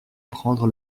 prendre